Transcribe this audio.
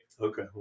Okay